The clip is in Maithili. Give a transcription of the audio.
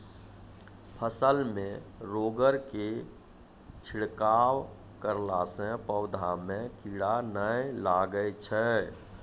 फसल मे रोगऽर के छिड़काव करला से पौधा मे कीड़ा नैय लागै छै?